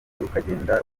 ukagenda